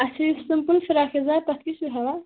اَسہِ ٲسۍ simple frock یَزار تَتھ کیٛاہ چھُو ہٮ۪وان